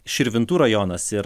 širvintų rajonas ir